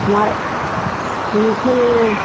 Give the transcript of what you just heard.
हमारे मीठे में